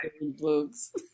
books